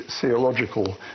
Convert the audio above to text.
theological